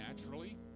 naturally